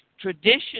tradition